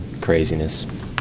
Craziness